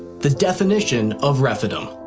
the definition of rephidim.